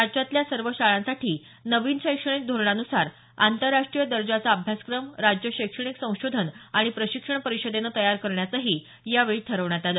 राज्यातल्या सर्व शाळांसाठी नवीन शैक्षणिक धोरणान्सार आंतरराष्टीय दर्जाचा अभ्यासक्रम राज्य शैक्षणिक संशोधन आणि प्रशिक्षण परिषदेनं तयार करण्याचंही यावेळी ठरवण्यात आलं